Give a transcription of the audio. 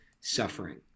suffering